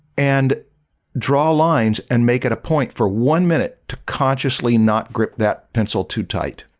and draw lines and make it a point for one minute to consciously not grip that pencil too tight